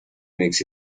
makes